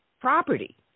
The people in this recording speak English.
property